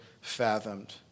fathomed